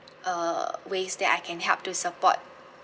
uh ways that I can help to support